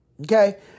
Okay